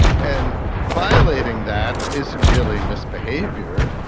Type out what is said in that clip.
and violating that isn't really misbehaviour,